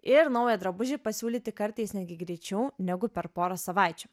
ir naują drabužį pasiūlyti kartais netgi greičiau negu per porą savaičių